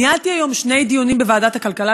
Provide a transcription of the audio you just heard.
ניהלתי היום שני דיונים בוועדת הכלכלה,